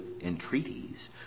entreaties